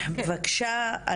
בבקשה,